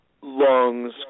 lungs